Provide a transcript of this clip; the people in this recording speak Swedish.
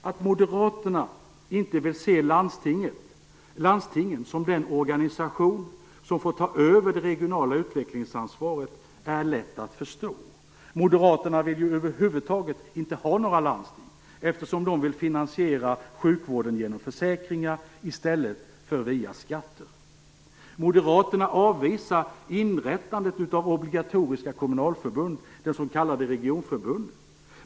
Att Moderaterna inte vill se landstingen som den organisation som får ta över det regionala utvecklingsansvaret är lätt att förstå. Moderaterna vill ju över huvud taget inte ha några landsting, eftersom de vill finansera sjukvården genom försäkringar i stället för via skatter. Moderaterna avvisar inrättandet av obligatoriska kommunalförbund, s.k. regionförbund.